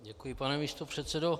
Děkuji, pane místopředsedo.